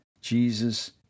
Jesus